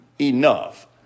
enough